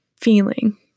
feeling